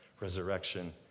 resurrection